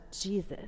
Jesus